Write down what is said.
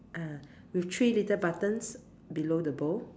ah with three little buttons below the bow